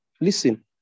Listen